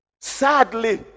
Sadly